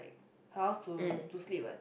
house to to sleep what